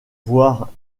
voire